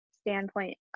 standpoint